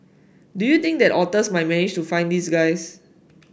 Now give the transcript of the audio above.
do you think the otters might manage to find these guys